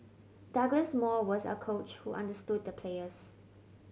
Douglas Moore was a coach who understood the players